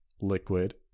Liquid